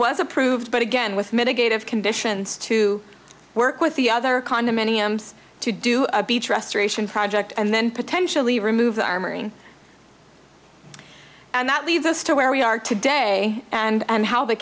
was approved but again with mitigate of conditions to work with the other condominiums to do a beach restoration project and then potentially remove the armory and that leads us to where we are today and how the